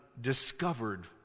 discovered